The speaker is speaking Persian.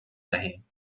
دهیم